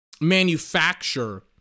manufacture